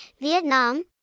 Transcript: Vietnam